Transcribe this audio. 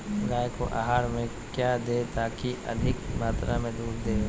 गाय को आहार में क्या दे ताकि अधिक मात्रा मे दूध दे?